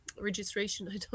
registration